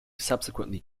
subsequently